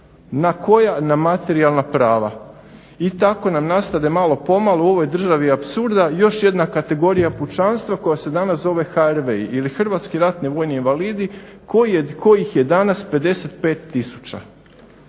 Na koja? Na materijalna prava. I tako nam nastade malo po malo u ovoj državi apsurda još jedna kategorija pučanstva koja se danas zove HRVI ili Hrvatski ratni vojni invalidi kojih je danas 55